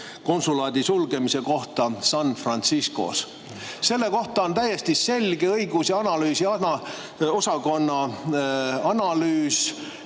konsulaadi sulgemise kohta San Franciscos. Selle kohta on täiesti selge õigus‑ ja analüüsiosakonna analüüs,